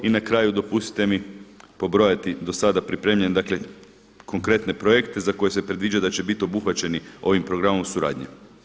I na kraju dopustite mi pobrojati do sada pripremljene konkretne projekte za koje se predviđa da će biti obuhvaćeni ovim programom suradnje.